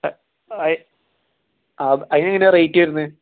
അയ് അതിന് എങ്ങനെയാണ് റേറ്റ് വരുന്നത്